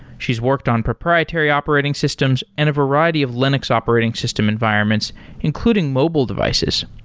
she's worked on proprietary operating systems and a variety of linux operating system environments including mobile devices.